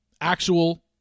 actual